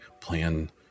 plan